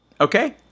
Okay